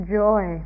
joy